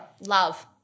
Love